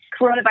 coronavirus